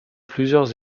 plusieurs